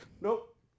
nope